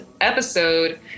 episode